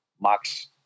Max